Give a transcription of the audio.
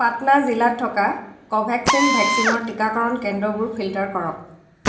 পাটনা জিলাত থকা কোভেক্সিন ভেকচিনৰ টিকাকৰণ কেন্দ্ৰবোৰ ফিল্টাৰ কৰক